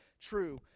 true